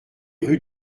rue